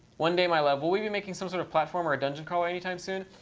one day my lav will you been making some sort of platformer or a dungeon crawl anytime soon?